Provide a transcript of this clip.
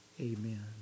Amen